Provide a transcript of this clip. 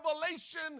revelation